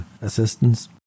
assistance